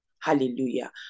Hallelujah